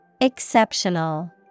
Exceptional